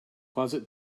closet